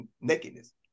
nakedness